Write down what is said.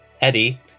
Eddie